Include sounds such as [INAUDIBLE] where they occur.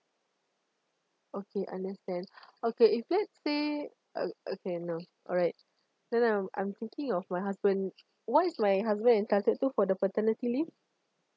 okay understand [BREATH] okay if let's say uh uh okay no alright then I'm I'm thinking of my husband what is my husband entitled to for the paternity leave